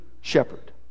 shepherd